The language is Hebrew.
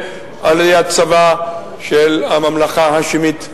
על-ידי הצבא של הממלכה ההאשמית הירדנית,